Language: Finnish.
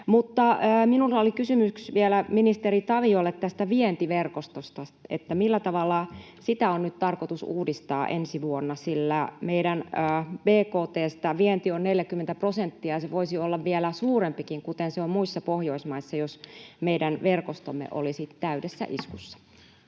Minulla oli kysymys vielä ministeri Taviolle tästä vientiverkostosta: millä tavalla sitä on nyt tarkoitus uudistaa ensi vuonna? Meidän bkt:stä vienti on 40 prosenttia. Se voisi olla vielä suurempikin, kuten se on muissa Pohjoismaissa, jos meidän verkostomme olisi täydessä iskussa.